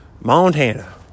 Montana